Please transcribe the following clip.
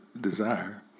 desire